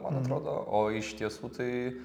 man atrodo o iš tiesų tai